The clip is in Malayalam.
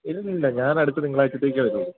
ഇല്ലില്ല ഞാൻ അടുത്ത തിങ്കളാഴ്ചത്തേക്കെ വരികയുള്ളൂ